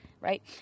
Right